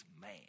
man